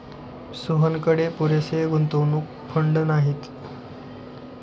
सोहनकडे पुरेसे गुंतवणूक फंड नाहीत